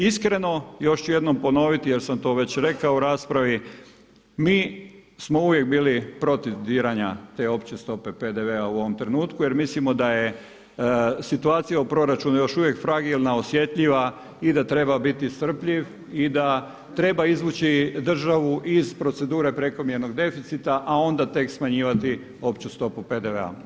Iskreno, još ću jednom ponoviti jer sam to već rekao u raspravi, mi smo uvijek bili protiv diranja te opće stope PDV-a u ovom trenutku jer mislimo da je situacija u Proračunu još uvijek fragilna, osjetljiva i da treba biti strpljiv i da treba izvući iz procedure prekomjernog deficita, a onda tek smanjivati opću stopu PDV-a.